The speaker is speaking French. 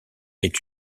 est